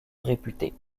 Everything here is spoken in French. réputé